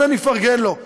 כן, אני מפרגן לו.